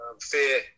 fear